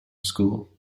school